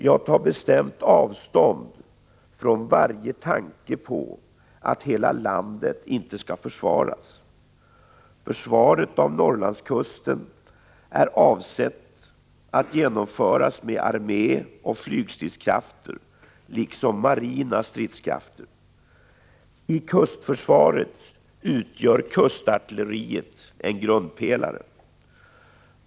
Jag tar bestämt avstånd från varje tanke på att hela landet inte skall försvaras. Försvaret av Norrlandskusten är avsett att genomföras med armé och flygstridskrafter liksom marina stridskrafter. I kustförsvaret utgör kustartilleriet en grundpelare.